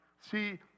See